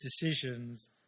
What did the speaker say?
decisions